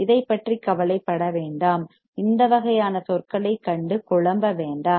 இதைப் பற்றி கவலைப்பட வேண்டாம் இந்த வகையான சொற்களைக் கண்டு குழம்ப வேண்டாம்